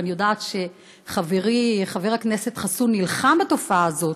אני יודעת שחברי חבר הכנסת חסון נלחם בתופעה הזאת,